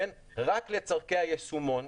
רק לצרכי היישומון.